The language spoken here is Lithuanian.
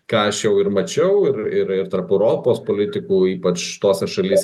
ką aš jau ir mačiau ir ir ir tarp europos politikų ypač tose šalyse